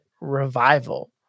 revival